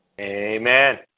amen